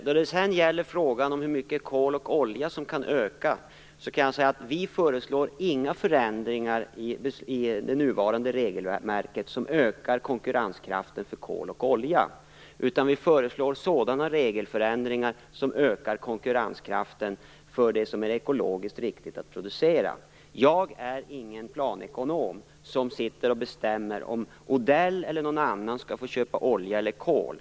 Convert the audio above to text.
När det sedan gäller frågan om hur mycket koloch oljeförbrukningen kan öka, kan jag säga att vi inte föreslår några förändringar i det nuvarande regelverket som ökar konkurrenskraften vad gäller kol och olja, utan vi föreslår sådana regelförändringar som ökar konkurrenskraften för det som är ekologiskt riktigt att producera. Jag är ingen planekonom som sitter och bestämmer om Odell eller någon annan skall få köpa olja eller kol.